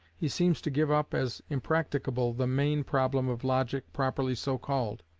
he seems to give up as impracticable the main problem of logic properly so called.